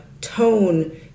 tone